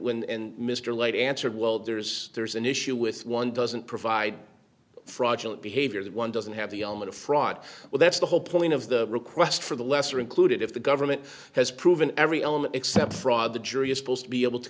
when mr light answered well there's there's an issue with one doesn't provide fraudulent behavior that one doesn't have the element of fraud well that's the whole point of the request for the lesser included if the government has proven every element except fraud the jury is supposed to be able to